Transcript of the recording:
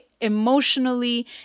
emotionally